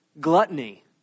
Gluttony